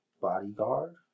bodyguard